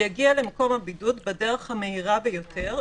-- "יגיע למקום הבידוד בדרך המהירה ביותר,